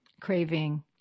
craving